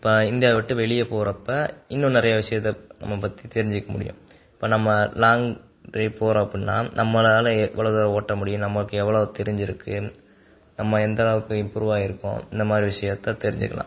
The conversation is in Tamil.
இப்போ இந்தியாவை விட்டு வெளியே போகிறப்ப இன்னும் நிறைய விஷயத்தை நம்ம பற்றி தெரிஞ்சுக்க முடியும் இப்போ நம்ம லாங் ட்ரைவ் போகிறோம் அப்பிடின்னா நம்மளால் எவ்வளவு தூரம் ஓட்ட முடியும் நமக்கு எவ்வளவு தெரிஞ்சுருக்குது நம்ம எந்த அளவுக்கு இம்ப்ரூவாகிருக்கோம் இந்த மாதிரி விஷயத்தை தெரிஞ்சுக்கலாம்